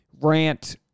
rant